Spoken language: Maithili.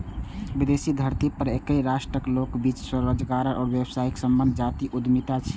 विदेशी धरती पर एके राष्ट्रक लोकक बीच स्वरोजगार आ व्यावसायिक संबंध जातीय उद्यमिता छियै